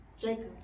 Jacob